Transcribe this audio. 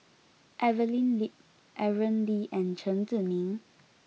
Evelyn Lip Aaron Lee and Chen Zhiming